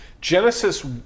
Genesis